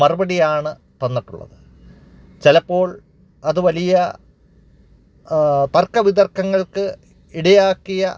മറുപടിയാണ് തന്നിട്ടുള്ളത് ചിലപ്പോൾ അത് വലിയ തർക്ക വിതർക്കങ്ങൾക്ക് ഇടയാക്കിയ